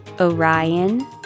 Orion